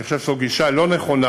אני חושב שזאת גישה לא נכונה,